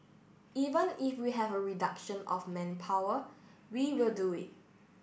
even if we have a reduction of manpower we will do it